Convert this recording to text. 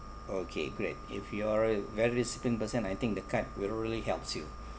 okay great if you're a very disciplined person I think the card will really helps you